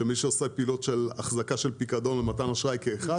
שמי שעושה פעילות של אחזקה של פיקדון ומתן אשראי כאחד,